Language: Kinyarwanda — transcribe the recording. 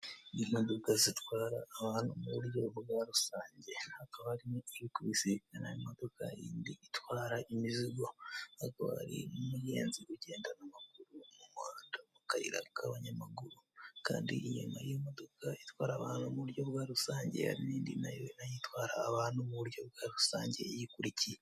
Imodoka zitwara abantu mu buryo bwa rusange, hakaba harimo iri kubisikana n'imodoka y'indi itwara imizigo, hakaba hari n'umugenzi ugenda n'amaguru mu muhanda mu kayira k'abanyamaguru, kandi inyuma y'imodoka itwara abantu mu buryo bwa rusange, hari n'indi na yo na yo itwara abantu mu buryo bwa rusange iyikurikiye.